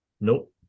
Nope